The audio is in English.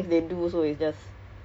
rimas ah